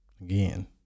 again